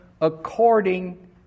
according